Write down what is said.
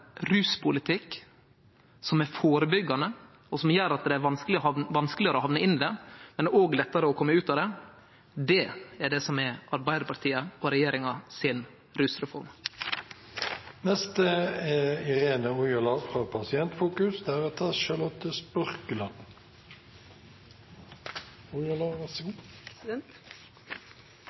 ruspolitikk som er førebyggjande, som gjer at det er vanskelegare å hamne inn i det, men òg lettare å kome ut, er det som er rusreforma til Arbeidarpartiet og regjeringa. Jeg innrømmer gjerne at det ikke har vært enkelt å jobbe med denne saken. Derfor har vi i Pasientfokus